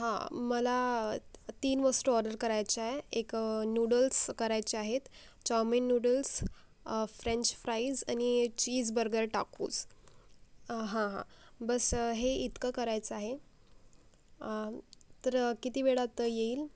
हां मला तीन वस्टू ऑर्डर करायच्याय एक नूडल्स करायच्या आहेत चॉमिन नूडल्स फ्रेंच फ्राईज अनि एक चीज बर्गर टाकोस हं हं बस हे इतकं करायचं आहे तर किती वेडात येईल